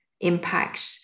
impact